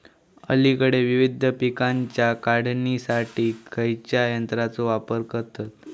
अलीकडे विविध पीकांच्या काढणीसाठी खयाच्या यंत्राचो वापर करतत?